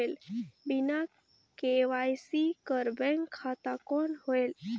बिना के.वाई.सी कर बैंक खाता कौन होएल?